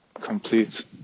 complete